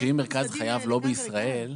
אם מרכז חייו לא בישראל,